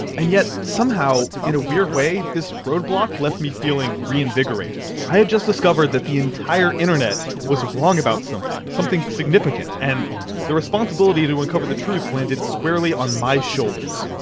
and yet, somehow, in a weird way, this road block left me feeling reinvigorated. i had just discovered that the entire internet was wrong about something something significant and the responsibility to uncover the truth landed squarely on my shoulders.